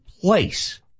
place